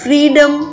Freedom